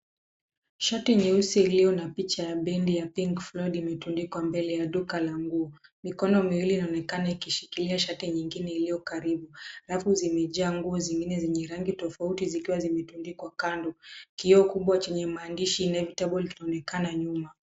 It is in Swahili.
Shati nyeusi iliyo na picha ya bendi ya Pink Floyd imetundikwa mbele ya duka la nguo. Mikono miwili inaonekana ikishikilia shati nyingine iliyokatibu. Rafu zimejaa nguo zingine zenye rangi tofauti zikiwa zimetundikwa kando. Kioo kubwa chenye maandiahi inevitable inaonekana nyuma.